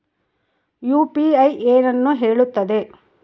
UPI ಏನನ್ನು ಹೇಳುತ್ತದೆ?